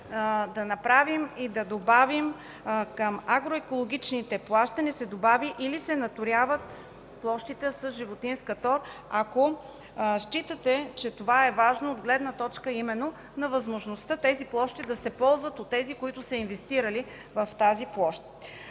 на т. 4, ал. 5 – към агроекологичните плащания, се добави „или се наторяват площите с животинска тор”, ако считате, че това е важно от гледна точка именно на възможността тези площи да се ползват от тези, които са инвестирали в тях. По